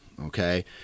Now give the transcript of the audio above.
Okay